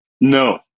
no